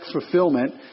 fulfillment